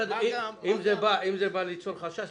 אם זה בא ליצור חשש,